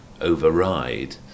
override